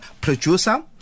producer